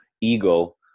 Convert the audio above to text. ego